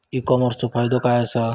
E कॉमर्सचो फायदो काय असा?